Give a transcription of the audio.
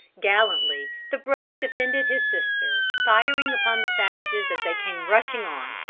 gallantly the brother defended his sister firing upon the savages as they came rushing on,